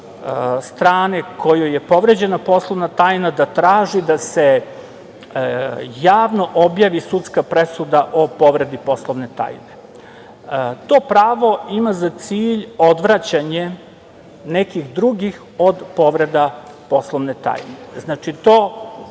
strane kojoj je povređena poslovna tajna da traži da se javno objavi sudska presuda o povredi poslovne tajne. To pravo ima za cilj odvraćanje nekih drugih od povreda poslovne tajne. Znači, to